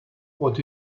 what